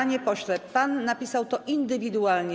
Panie pośle, pan napisał to indywidualnie.